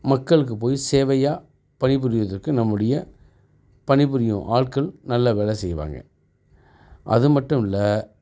மக்களுக்கு போய் சேவையா பணிபுரிகிறதுக்கு நம்மளுடைய பணிபுரியும் ஆட்கள் நல்ல வேலை செய்வாங்க அதுமட்டுல்ல